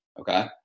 Okay